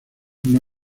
una